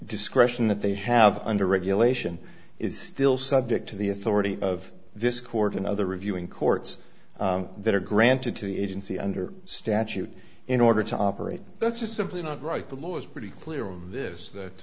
discretion that they have under regulation is still subject to the authority of this court and other reviewing courts that are granted to the agency under statute in order to operate that's just simply not right the law is pretty clear on this that